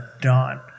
done